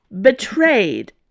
betrayed